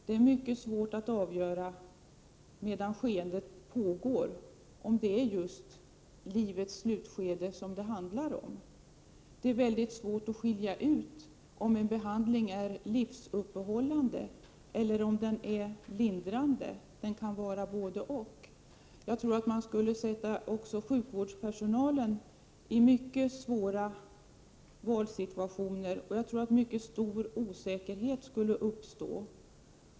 Det är mycket svårt att avgöra under ett skeende om det handlar om just livets slutskede. Det är mycket svårt att urskilja om en behandling är livsuppehållande eller om den är lindrande — den kan vara både — och. Sjukvårdspersonalen skulle också försättas i mycket svåra valsituationer, och stor osäkerhet skulle uppstå.